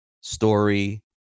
story